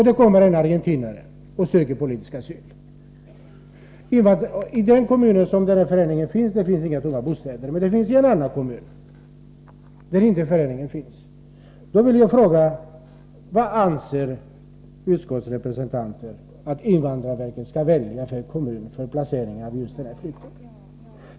Så kommer en argentinare och söker politisk asyl. I den kommun där denna förening verkar finns inga tomma bostäder, men så är fallet i en annan kommun, där föreningen inte verkar. Då vill jag fråga: Vilken kommun anser utskottets representant att invandrarverket skall välja för placeringen av just denna flykting?